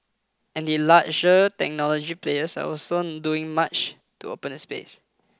and larger technology players are also doing much to open the space